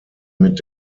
mit